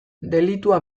delitua